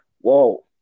whoa